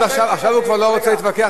עכשיו הוא כבר לא רוצה להתווכח,